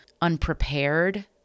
unprepared